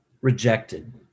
rejected